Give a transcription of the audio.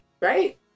Right